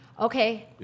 Okay